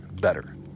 better